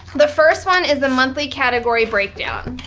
the first one is the monthly category breakdown.